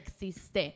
existe